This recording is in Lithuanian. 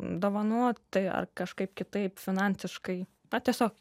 dovanot tai ar kažkaip kitaip finansiškai na tiesiog